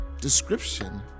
description